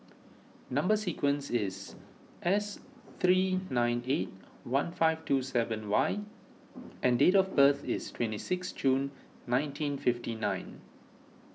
Number Sequence is S three nine eight one five two seven Y and date of birth is twenty six June nineteen fifty nine